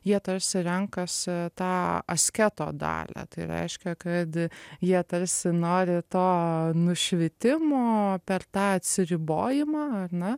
jie tarsi renkasi tą asketo dalią tai reiškia kad jie tarsi nori to nušvitimo o per tą atsiribojimą ar ne